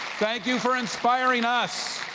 thank you for inspiring us,